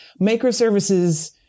microservices